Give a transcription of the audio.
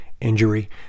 injury